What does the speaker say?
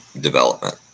development